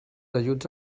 ajuts